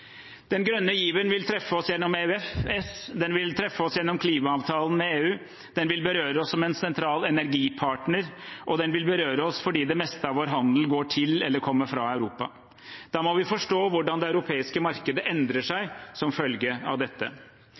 Den grønne given vil treffe oss gjennom EØS. Den vil treffe oss gjennom klimaavtalen med EU. Den vil berøre oss som en sentral energipartner, og den vil berøre oss fordi det meste av vår handel går til eller kommer fra Europa. Da må vi forstå hvordan det europeiske markedet endrer seg som følge av dette.